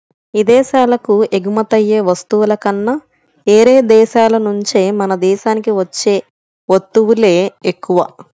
ఇదేశాలకు ఎగుమతయ్యే వస్తువుల కన్నా యేరే దేశాల నుంచే మన దేశానికి వచ్చే వత్తువులే ఎక్కువ